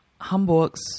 Hamburg's